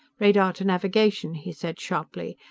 radar to navigation! he said sharply.